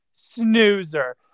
snoozer